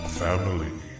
family